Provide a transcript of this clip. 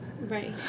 right